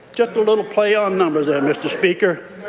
just a little play on numbers there, mr. speaker.